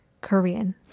Korean